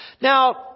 Now